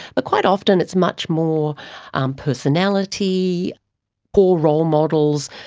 but quite often it's much more um personality or role models,